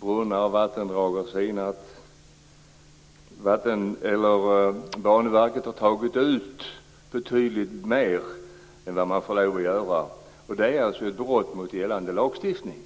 Brunnar och vattendrag har sinat. Banverket har tagit ut betydligt mer än man får lov att göra. Det är alltså ett brott mot gällande lagstiftning.